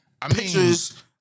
Pictures